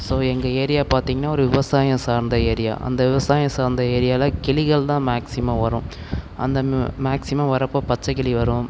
so எங்கள் area பார்த்திங்கன்னா ஒரு விவசாயம் சார்ந்த ஏரியா அந்த விவசாயம் சார்ந்த ஏரியாவில் கிளிகள் தான் மேக்சிமம் வரும் அந்த மேக்சிமம் வரப்போ பச்சைக்கிளி வரும்